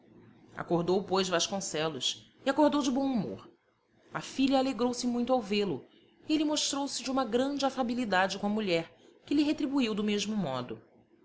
pegava acordou pois vasconcelos e acordou de bom humor a filha alegrou-se muito ao vê-lo e ele mostrou-se de uma grande afabilidade com a mulher que lhe retribuiu do mesmo modo